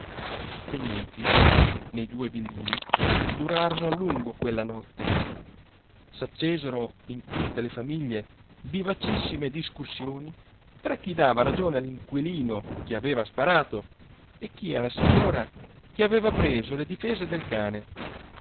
i commenti nei due villini durarono a lungo quella notte s'accesero in tutte le famiglie vivacissime discussioni tra chi dava ragione all'inquilino che aveva sparato e chi alla signora che aveva preso le difese del cane